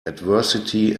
adversity